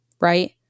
right